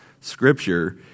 Scripture